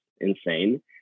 insane